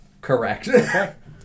Correct